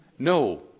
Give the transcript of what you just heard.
No